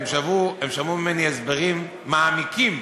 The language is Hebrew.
הם שמעו ממני הסברים מעמיקים,